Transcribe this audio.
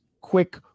quick